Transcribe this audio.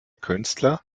künstler